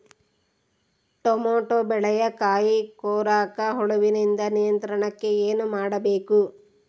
Tomato ಬೆಳೆಯ ಕಾಯಿ ಕೊರಕ ಹುಳುವಿನ ನಿಯಂತ್ರಣಕ್ಕೆ ಏನು ಮಾಡಬೇಕು?